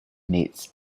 meets